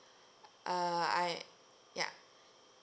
uh I ya